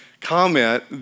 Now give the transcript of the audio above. comment